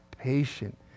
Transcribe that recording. patient